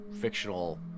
fictional